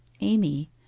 amy